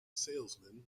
salesman